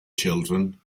children